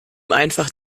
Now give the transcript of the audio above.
einfach